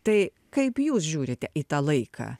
tai kaip jūs žiūrite į tą laiką